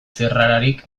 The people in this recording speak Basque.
zirrararik